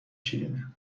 شیرینه